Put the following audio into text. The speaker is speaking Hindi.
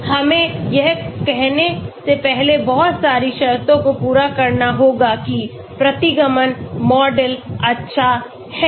हमें यह कहने से पहले बहुत सारी शर्तों को पूरा करना होगा कि प्रतिगमन मॉडल अच्छा है